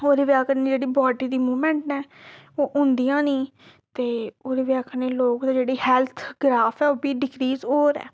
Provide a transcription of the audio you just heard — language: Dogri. ओह्दी बजह कन्नै जेह्ड़ी बाड्डी दी मूवमेंट न ओह् होंदियां निं ते ओह्दी बजह कन्नै लोक जेह्ड़ी हैल्थ ग्राफ ऐ ओह् बी डिक्रीज़ होर ऐ